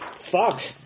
Fuck